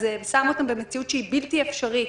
זה שם אותם במציאות שהיא בלתי אפשרית.